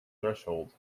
threshold